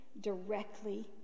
directly